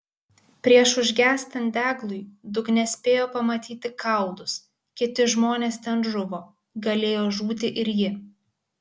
prieš užgęstant deglui dugne spėjo pamatyti kaulus kiti žmonės ten žuvo galėjo žūti ir ji